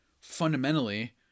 fundamentally